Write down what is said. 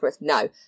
No